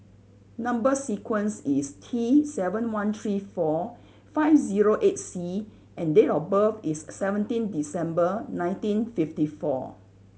number sequence is T seven one three four five zero eight C and date of birth is seventeen December nineteen fifty four